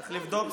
צריך לבדוק.